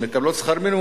שמקבלות שכר מינימום,